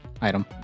item